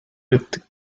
with